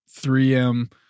3M